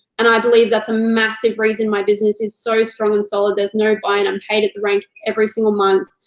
and i that's a massive reason my business is so strong and solid. there's no buy in. i'm paid at the rank every single month,